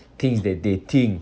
things that they think